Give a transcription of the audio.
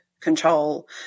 control